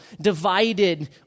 divided